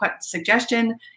suggestion